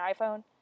iPhone